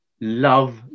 love